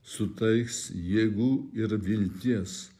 suteiks jėgų ir vilties